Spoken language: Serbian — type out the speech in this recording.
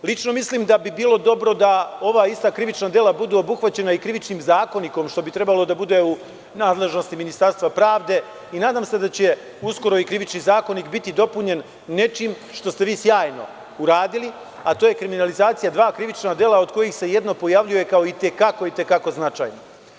Lično mislim da bi bilo dobro da ova ista krivična dela budu obuhvaćena i Krivičnim zakonikom, što bi trebalo da bude u nadležnosti Ministarstva pravde i nadam se da će uskoro i Krivični zakonik biti dopunjen nečim što ste vi sjajno uradili, a to je kriminalizacija dva krivična dela od kojih se jedno pojavljuje kao i te kako i te kako značajno.